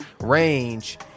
range